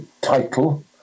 title